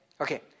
Okay